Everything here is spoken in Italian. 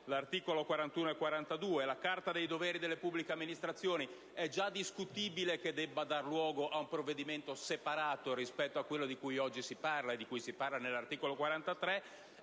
articoli 41 e 42. La Carta dei doveri delle pubbliche amministrazioni è già discutibile che debba dar luogo ad un provvedimento separato rispetto a quello di cui oggi si parla e di cui si parla nell'articolo 43;